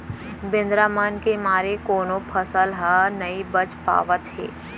बेंदरा मन के मारे कोनो फसल ह नइ बाच पावत हे